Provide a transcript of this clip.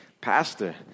pastor